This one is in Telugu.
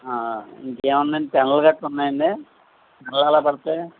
ఇంకేం ఉన్నాయండి పెన్లు గట్రా ఉన్నాయండి పెన్లు ఎలా పడతాయి